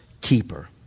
keeper